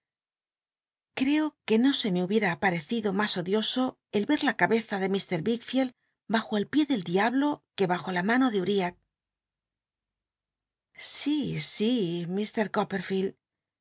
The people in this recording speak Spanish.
creo que no se me hubiera aparecido mas odioso el r la cabeza de h wickfield bajo el pié del diablo que bajo la mano de t riab sí sí mr